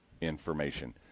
information